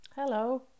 Hello